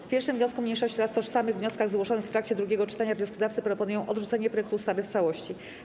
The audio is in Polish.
W 1. wniosku mniejszości oraz tożsamych wnioskach zgłoszonych w trakcie drugiego czytania wnioskodawcy proponują odrzucenie projektu ustawy w całości.